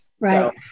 Right